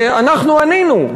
ואנחנו ענינו,